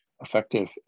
effective